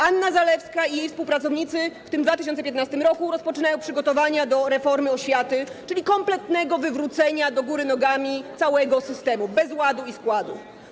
Anna Zalewska i jej współpracownicy w tym 2015 r. rozpoczynają przygotowania do reformy oświaty, czyli kompletnego wywrócenia do góry nogami całego systemu, bez ładu i składu.